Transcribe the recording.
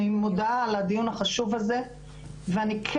אני מודה על הדיון החשוב הזה ואני כן